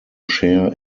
share